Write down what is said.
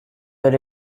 were